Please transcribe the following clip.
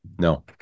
No